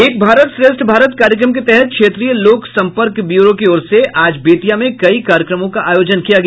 एक भारत श्रेष्ठ भारत कार्यक्रम के तहत क्षेत्रीय लोक संपर्क ब्यूरो की ओर से आज बेतिया में कई कार्यक्रमों का आयोजन किया गया